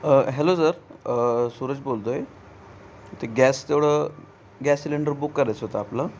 hello sir Suresh बोलतो आहे ते गॅस तेवढं गॅस सिलेंडर बुक करायचं होतं आपलं